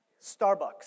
Starbucks